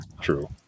True